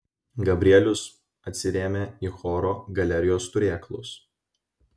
gabrielius atsirėmė į choro galerijos turėklus